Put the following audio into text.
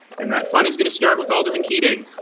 and that fun is going to start with alderman keating.